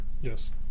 Yes